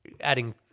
adding